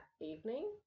evening